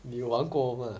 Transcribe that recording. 你玩过吗